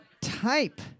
type